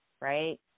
right